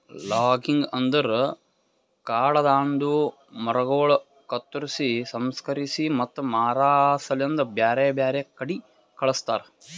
logging ಅಂದುರ್ ಕಾಡದಾಂದು ಮರಗೊಳ್ ಕತ್ತುರ್ಸಿ, ಸಂಸ್ಕರಿಸಿ ಮತ್ತ ಮಾರಾ ಸಲೆಂದ್ ಬ್ಯಾರೆ ಬ್ಯಾರೆ ಕಡಿ ಕಳಸ್ತಾರ